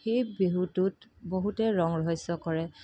সেই বিহুটোত বহুতে ৰং ৰহইছ কৰে